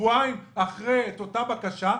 בשבועיים אחרי את אותה בקשה,